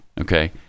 Okay